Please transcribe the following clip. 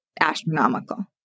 astronomical